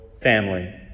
family